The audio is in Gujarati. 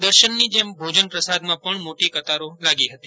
દર્શનની જેમ ભોજન પ્રસાદમાં પણ મોટી કતારો લાગી હતી